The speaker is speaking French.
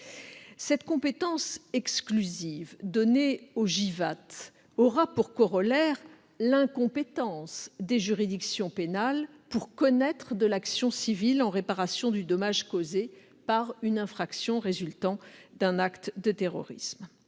Cette compétence exclusive donnée au JIVAT aura pour corollaire l'incompétence des juridictions pénales pour connaître de l'action civile en réparation du dommage causé par une infraction résultant d'un acte de terrorisme.